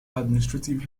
administrative